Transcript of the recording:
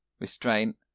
restraint